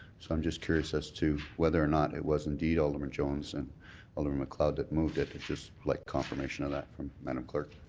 so i'm just curious as to whether or not it was indeed alderman jones and alderman macleod that moved it. just like confirmation of that from madame clerk.